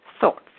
thoughts